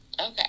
Okay